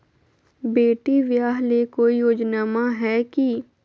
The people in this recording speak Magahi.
बेटी ब्याह ले कोई योजनमा हय की?